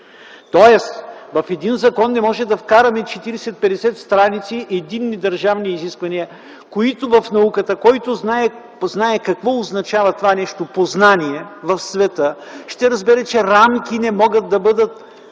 Тоест в един закон не може да вкараме 40-50 страници единни държавни изисквания, които в науката, който знае какво означава това нещо „познание” в света, ще разбере, че рамки не могат да бъдат